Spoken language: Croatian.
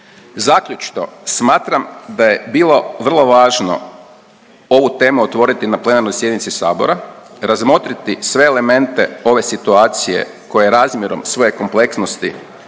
Zaključno, smatram da je bilo vrlo važno ovu temu otvoriti na plenarnoj sjednici sabora, razmotriti sve elemente ove situacija koja razmjerom svoje kompleksnosti